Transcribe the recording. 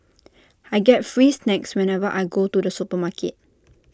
I get free snacks whenever I go to the supermarket